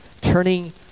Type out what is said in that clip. Turning